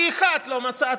E1 לא מצאתי.